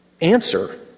answer